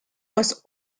was